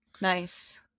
Nice